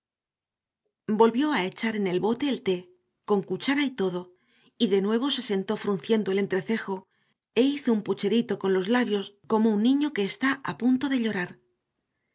volvió a echar en el bote el té con cuchara y todo y de nuevo se sentó frunciendo el entrecejo e hizo un pucherito con los labios como un niño que está a punto de llorar